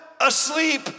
asleep